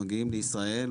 מגיעים לישראל,